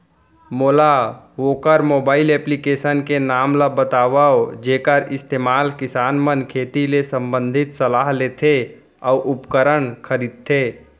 मोला वोकर mobile application के नाम ल बतावव जेखर इस्तेमाल किसान मन खेती ले संबंधित सलाह लेथे अऊ उपकरण खरीदथे?